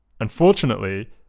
Unfortunately